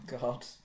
God